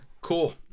cool